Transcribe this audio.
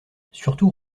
surtout